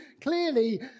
clearly